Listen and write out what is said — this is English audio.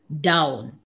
down